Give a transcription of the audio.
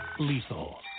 Lethal